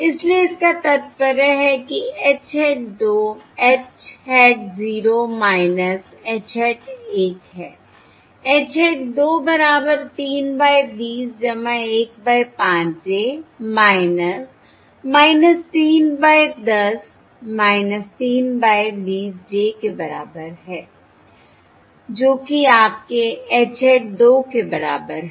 इसलिए इसका तात्पर्य है कि H hat 2 h hat 0 h hat 1 है H hat 2 बराबर 3 by 20 1 by 5 j - 3 by 10 3 by 20 j के बराबर है जो कि आपके H hat 2 के बराबर है